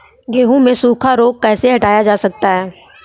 गेहूँ से सूखा रोग कैसे हटाया जा सकता है?